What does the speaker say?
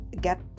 get